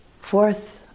fourth